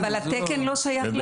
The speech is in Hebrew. אבל התקן לא שייך לגמול.